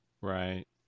Right